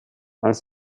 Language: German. als